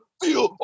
feel